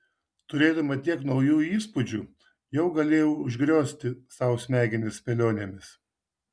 turėdama tiek naujų įspūdžių jau galėjo užgriozti sau smegenis spėlionėmis